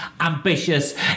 ambitious